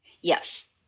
Yes